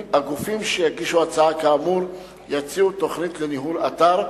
הגופים שיגישו הצעה כאמור יציעו תוכנית לניהול אתר,